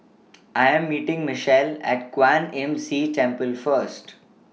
I Am meeting Mitchell At Kwan Imm See Temple First